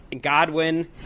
Godwin